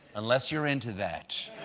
unless you're into that.